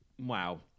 wow